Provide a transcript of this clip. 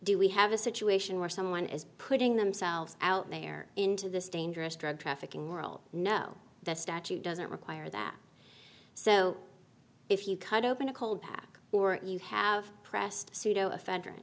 do we have a situation where someone is putting themselves out there into this dangerous drug trafficking world no the statute doesn't require that so if you cut open a cold pack or you have pressed pseudoephedrine